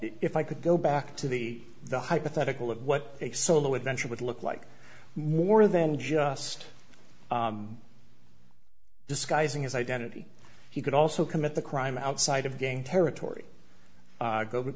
if i could go back to the the hypothetical of what a solo adventure would look like more than just disguising his identity he could also commit the crime outside of gang territory